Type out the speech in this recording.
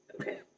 Okay